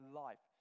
life